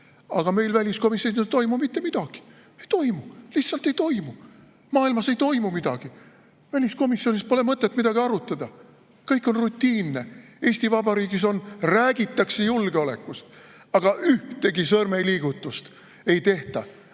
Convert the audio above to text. aga meil väliskomisjonis ei toimu mitte midagi. Ei toimu, lihtsalt ei toimu! Maailmas ei toimu midagi. Väliskomisjonis pole mõtet midagi arutada, kõik on rutiinne. Eesti Vabariigis räägitakse julgeolekust, aga ühtegi sõrmeliigutust ei tehta,